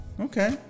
okay